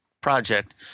project